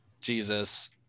Jesus